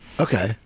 Okay